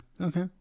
Okay